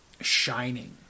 shining